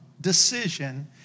decision